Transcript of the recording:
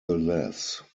these